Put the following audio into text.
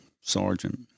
sergeant